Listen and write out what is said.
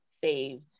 saved